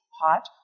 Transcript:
hot